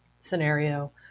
scenario